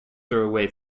throw